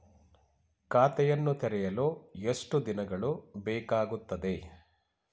ಖಾತೆಯನ್ನು ತೆರೆಯಲು ಎಷ್ಟು ದಿನಗಳು ಬೇಕಾಗುತ್ತದೆ?